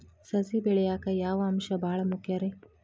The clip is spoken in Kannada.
ಸಸಿ ಬೆಳೆಯಾಕ್ ಯಾವ ಅಂಶ ಭಾಳ ಮುಖ್ಯ ರೇ?